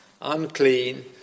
unclean